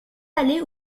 allait